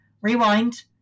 rewind